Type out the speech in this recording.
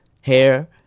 hair